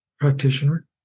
practitioner